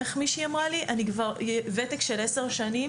איך מישהי אמרה לי: אני עם כבר ותק של עשר שנים,